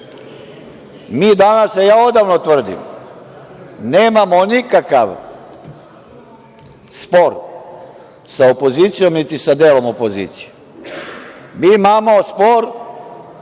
danas, a ja odavno tvrdim, nemamo nikakav spor sa opozicijom niti sa delom opozicije. Mi imamo spor